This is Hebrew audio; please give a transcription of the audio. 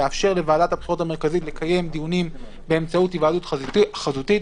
לאפשר לוועדת הבחירות המרכזית לקיים דיונים באמצעות היוועדות חזותית.